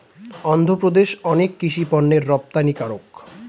অন্ধ্রপ্রদেশ অনেক কৃষি পণ্যের রপ্তানিকারক